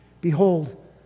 Behold